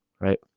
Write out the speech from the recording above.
right